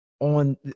On